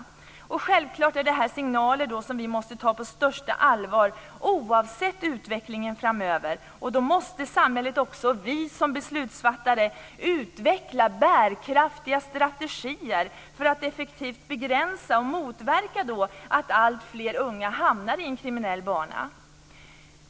Detta är självfallet signaler som vi måste ta på största allvar, oavsett utvecklingen framöver. Då måste samhället och vi som beslutsfattare utveckla bärkraftiga strategier för att effektivt begränsa och motverka att alltfler unga hamnar på en kriminell bana.